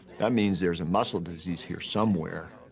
that means there's a muscle disease here somewhere,